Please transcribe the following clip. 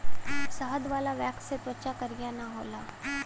शहद वाला वैक्स से त्वचा करिया ना होला